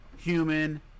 human